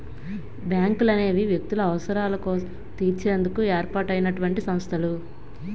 బ్యాంకులనేవి వ్యక్తుల అవసరాలు తీర్చేందుకు ఏర్పాటు అయినటువంటి సంస్థలు